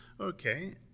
Okay